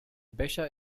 becher